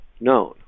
known